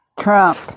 Trump